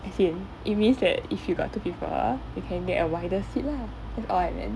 as in it means that if you got two people you can get a wider seat lah that's all I meant